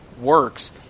works